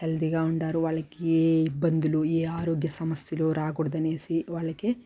హెల్దీగా ఉంటారు వాళ్ళకి ఏ ఇబ్బందులు ఏ ఆరోగ్య సమస్యలు రాకూడదనేసి వాళ్ళకి